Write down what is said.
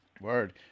word